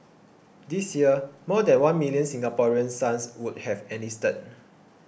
this year more than one million Singaporean sons would have enlisted